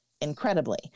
incredibly